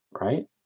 right